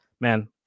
Man